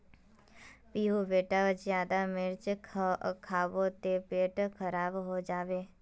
पीहू बेटा ज्यादा मिर्च खाबो ते पेट खराब हों जाबे